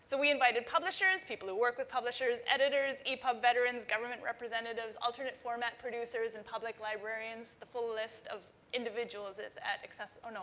so we invited publishers, people who work with publishers, editors, epub veterans, government representatives, alternate format producers and public librarians. the full list of individuals is at access, oh, no.